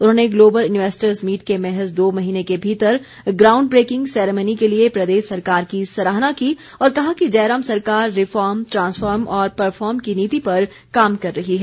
उन्होंने global investor meet के महज दो महीने के भीतर ग्राउंड ब्रेकिंग सेरेमनी के लिए प्रदेश सरकार की सराहना की और कहा कि जयराम सरकार रिफार्म ट्रांसफार्म और परफार्म की नीति पर काम कर रही है